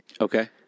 Okay